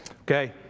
okay